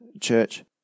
church